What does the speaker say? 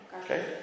Okay